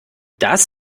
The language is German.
das